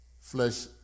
Flesh